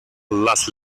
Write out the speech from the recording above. las